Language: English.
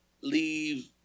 leave